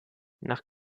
nach